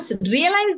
realize